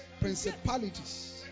principalities